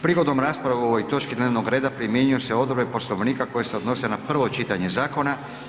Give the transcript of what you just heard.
Prigodom rasprave o ovoj točki dnevnog reda primjenjuju se odredbe Poslovnika koje se odnose na prvo čitanje zakona.